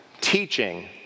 teaching